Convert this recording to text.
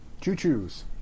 Choo-choo's